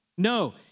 No